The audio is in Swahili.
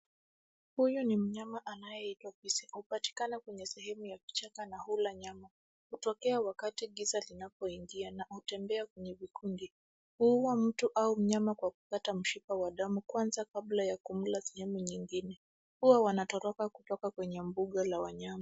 Huyu ni mnyama anayeitwa fisi. Hupatikana kwenye sehemu ya kichaka na hula nyama. Hutokea wakati giza linapoingia na hutembea kwenye vikundi. Humla mtu au mnyama kwa kukata mshipa wa damu kwanza kabla ya kumla sehemu nyingine. Huwa wanatoroka kutoka kwenye mbuga la wanyama.